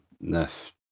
NEF